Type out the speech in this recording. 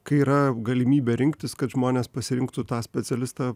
kai yra galimybė rinktis kad žmonės pasirinktų tą specialistą